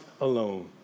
alone